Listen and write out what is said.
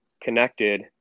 connected